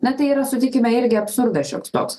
na tai yra sutikime irgi absurdas šioks toks